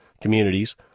communities